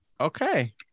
Okay